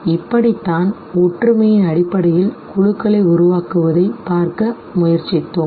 எனவே இப்படித்தான் ஒற்றுமையின் அடிப்படையில் குழுக்களை உருவாக்குவதைப் பார்க்க முயற்சித்தோம்